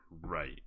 Right